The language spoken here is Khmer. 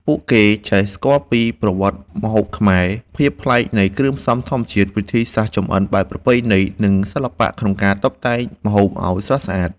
ពួកគេចេះស្គាល់ពីប្រវត្តិម្ហូបខ្មែរ ភាពប្លែកនៃគ្រឿងផ្សំធម្មជាតិ វិធីសាស្រ្តចម្អិនបែបប្រពៃណី, និងសិល្បៈក្នុងការតុបតែងម្ហូបឲ្យស្រស់ស្អាត។